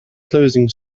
closing